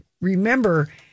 remember